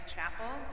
Chapel